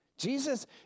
Jesus